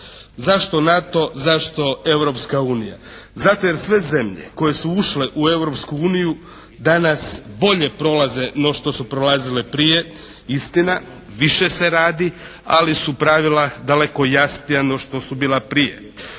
Zašto Europska unija? Zato jer sve zemlje koje su ušle u Europsku uniju danas bolje prolaze no što su prolazile prije. Istina, više se radi ali su pravila daleko jasnija no što su bila prije.